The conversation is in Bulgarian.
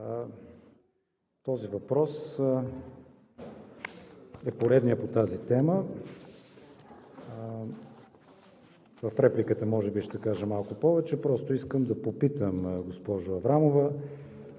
Този въпрос е поредният по тази тема. В репликата може би ще кажа малко повече. Просто искам да попитам, госпожо Аврамова,